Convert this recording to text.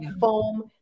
foam